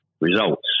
results